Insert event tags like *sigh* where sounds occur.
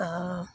*unintelligible*